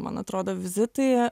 man atrodo vizitai